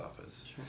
office